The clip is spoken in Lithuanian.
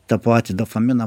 tą patį dopaminą